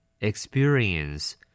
Experience